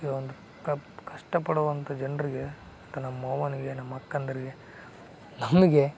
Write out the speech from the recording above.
ಈ ಒಂದು ಕಷ್ಟಪಡುವಂಥ ಜನರಿಗೆ ಮತ್ತು ನಮ್ಮ ಅವ್ವನಿಗೆ ನಮ್ಮ ಅಕ್ಕಂದಿರಿಗೆ ನಮಗೆ